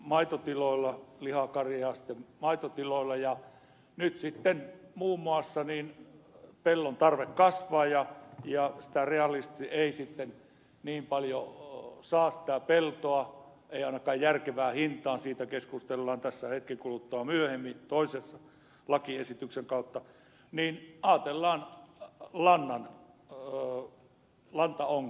maitotiloilla lihakarjasta maitotiloilla ja nyt sitten muun muassa pellon tarve kasvaa ja sitä peltoa ei sitten realistisesti saa niin paljon ei ainakaan järkevään hintaan siitä keskustellaan tässä hetken kuluttua myöhemmin toisen lakiesityksen kautta niin ajatellaan lantaongelmaa